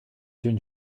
une